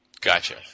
Gotcha